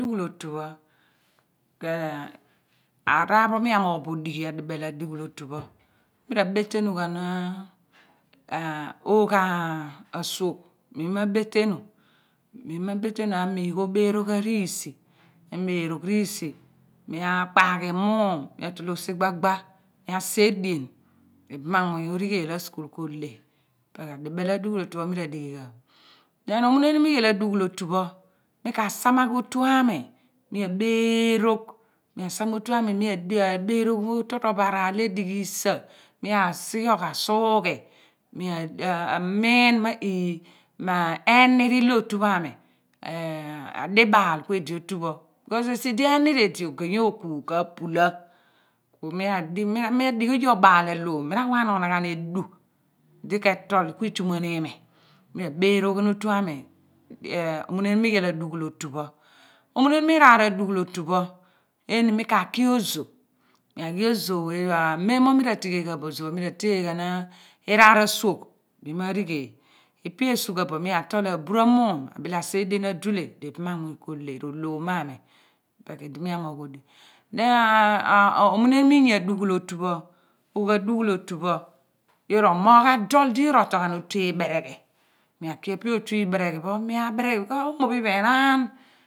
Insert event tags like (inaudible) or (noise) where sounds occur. Dughul oyu pho (hesitation) araar pho mi amogh pho odighi adibel a dughul otu pho mi ra betl nu ghan (hesitation) oogh asuogh mi ma betenu (hesitation) mi ma betenu amigh obeerogh ariisi mi abeerogh riisi mi akpa ghi mum mi atologh si gba gba mi asa edien ibamanmuuny pho orighel askul ko leh pr ku adibel adughul otu pho mi ri dighi gha bo den omuneniam iyal adughul otu pho mi ka sa magh otu ami mi abeerogh mi asam otu ami mi abeeroghyogh torotoro bo araar ledighi isah mi asighiogh asughi mi (hesitation) amiin wo eeh me enir ilo otu ho ami (hesitation) adibaal ku edi otupho kos esi di enir edi ogeeny okungh ka pulah ku mi adighi oye obal aloor mi ra wa ghan oye obal aloor mi ra wa ghan onaghan aduu di ketol ku ituman imi mi ra beeroghan otumi (hesitation) omunemim iyal adughul otu pho omuneniom iraar adughhl otu pho eeni mi ka ki ozoh mi aghi ozoh (hesitation) mem mo mira tighel gha bo ozoh mi ra tighel gha (hesitation) iraar ajuogh mi ma righel ipe asugha bo mi atol abura mum abile asa edien aduleh di ibamanmuuny kio leh ro lomami ipe ku idi mi amogh odighi (hesitation) omuneniom inya adughul otu pho ro oogh adughul otu pho yoor ro mogh ghan dol di di yoor ro toll ghen otu ibereghi mi aki epe oyu iibereghi pho ku mi abereghi ku oomo pho iphen pho enaan